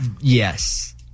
Yes